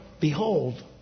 behold